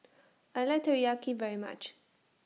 I like Teriyaki very much